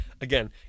again